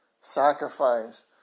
Sacrifice